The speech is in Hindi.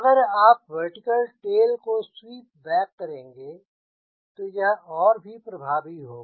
अगर आप वर्टिकल टेल को स्वीप बैक करेंगे तो यह और भी प्रभावी होगा